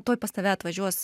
tuoj pas tave atvažiuos